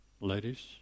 ladies